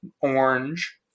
orange